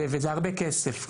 וזה הרבה כסף.